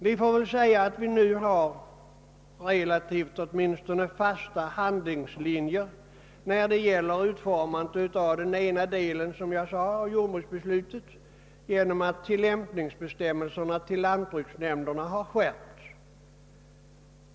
Vi torde nu ha åtminstone relativt fasta handlingslinjer för utformandet av den ena delen av jordbruksbeslutet genom den skärpning av tillämpningsbestämmelserna för lantbruksnämnderna som skett.